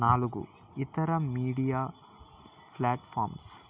నాలుగు ఇతర media platforms